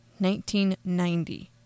1990